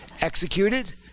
executed